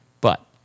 But-